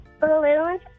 Balloons